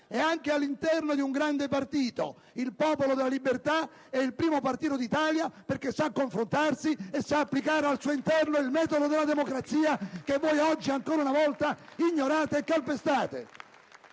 all'interno di un grande partito: il Popolo della Libertà è il primo partito d'Italia perché sa confrontarsi e sa applicare al suo interno il metodo della democrazia che voi oggi ancora una volta ignorate e calpestate.